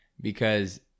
because-